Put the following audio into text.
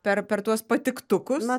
per per tuos patiktukus